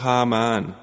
Haman